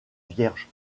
vierge